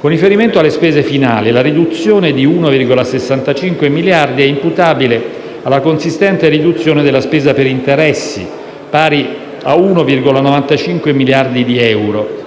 Con riferimento alle spese finali la riduzione di 1,65 miliardi è imputabile alla consistente riduzione della spesa per interessi pari a 1,95 miliardi di euro